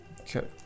Okay